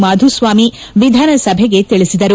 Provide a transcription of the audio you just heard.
ಮಾಧುಸ್ವಾಮಿ ವಿಧಾನಸಭೆಗೆ ತಿಳಿಬದರು